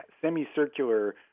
semicircular